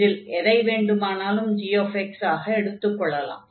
இதில் எதை வேண்டுமானாலும் gx ஆக எடுத்துக் கொள்ளலாம்